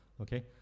okay